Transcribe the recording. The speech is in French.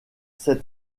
cet